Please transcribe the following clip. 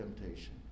temptation